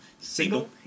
Single